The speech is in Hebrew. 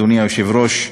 אדוני היושב-ראש,